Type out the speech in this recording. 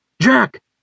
Jack